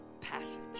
passage